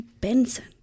Benson